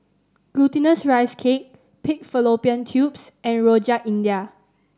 Glutinous Rice Cake pig fallopian tubes and Rojak India